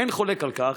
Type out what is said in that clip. אין חולק על כך,